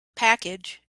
package